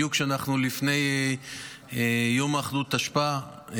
בדיוק כשאנחנו לפני יום האחדות תשפ"ד,